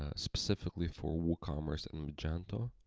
ah specifically for woocommerce and magento.